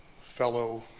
fellow